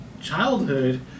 childhood